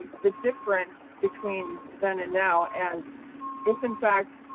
the difference between then and now and if in fact,